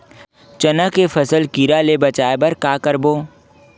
चना के फसल कीरा ले बचाय बर का करबो?